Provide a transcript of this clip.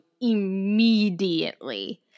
immediately